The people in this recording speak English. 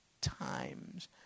times